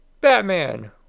batman